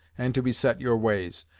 and to beset your ways.